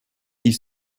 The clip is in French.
ils